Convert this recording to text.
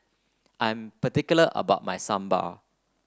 I'm particular about my Sambar